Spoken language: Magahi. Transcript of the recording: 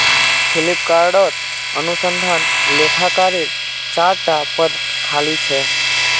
फ्लिपकार्टत अनुसंधान लेखाकारेर चार टा पद खाली छ